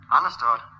Understood